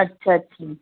अछा अछा